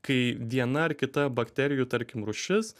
kai viena ar kita bakterijų tarkim rūšis